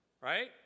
right